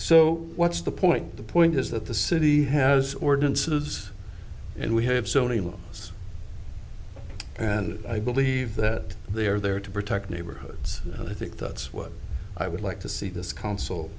so what's the point the point is that the city has ordinances and we have zoning laws and i believe that they are there to protect neighborhoods and i think that's what i would like to see this coun